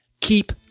Keep